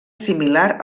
similar